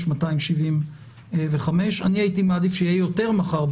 יש 275. הייתי מעדיף שיהיו יותר מחר,